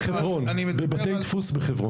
מוציאים את תכני